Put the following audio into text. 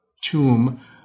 tomb